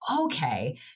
Okay